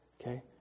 okay